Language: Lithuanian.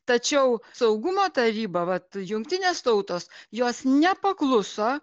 tačiau saugumo taryba vat jungtinės tautos jos nepakluso